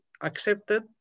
accepted